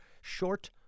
short-